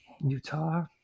Utah